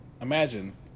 imagine